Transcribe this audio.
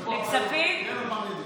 לכספים, כספים.